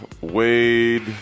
wade